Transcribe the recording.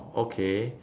okay